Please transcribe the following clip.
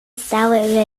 stały